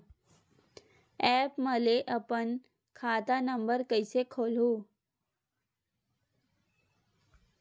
App म ले अपन खाता नम्बर कइसे खोलहु?